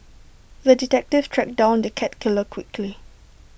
the detective tracked down the cat killer quickly